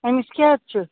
أمِس کیٛاہ حظ چھُ